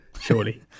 surely